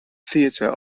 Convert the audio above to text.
theater